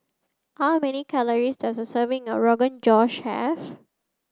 how many calories does a serving of Rogan Josh have